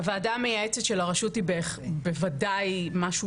הוועדה המייעצת של הרשות היא בוודאי משהו